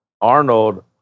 Arnold